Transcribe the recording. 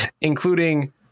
including